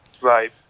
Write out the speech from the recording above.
Right